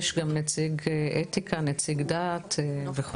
יש גם נציג אתיקה, נציג דת וכו'.